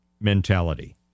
mentality